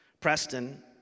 Preston